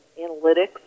analytics